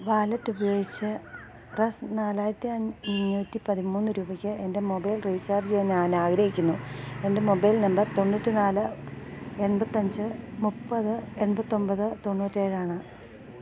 wallet ഉപയോഗിച്ച് റസ് നാലായിരത്തി അഞ്ഞൂറ്റി പതിമൂന്ന് രൂപയ്ക്ക് എൻ്റെ മൊബൈൽ റീചാർജ് ചെയ്യാൻ ഞാൻ ആഗ്രഹിക്കുന്നു എൻ്റെ മൊബൈൽ നമ്പർ തൊണ്ണൂറ്റി നാല് എൺപത്തി അഞ്ച് മുപ്പത് എൺപത്തി ഒൻപത് തൊണ്ണൂറ്റി ഏഴാണ്